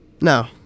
no